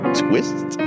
twist